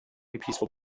peaceful